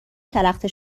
شلخته